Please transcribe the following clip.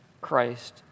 Christ